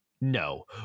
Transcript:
No